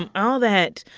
and all that